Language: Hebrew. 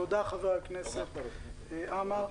תודה, חבר הכנסת עמאר.